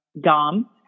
Dom